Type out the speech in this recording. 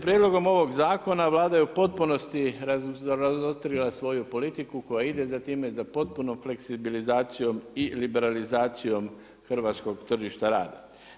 Prijedlogom ovog zakona Vlada je u potpunosti razotkrila svoju politiku koja ide za time da potpuno fleksibilizacijom i liberalizacijom hrvatskog tržišta rada.